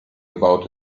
about